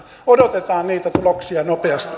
odotetaan niitä tuloksia nopeasti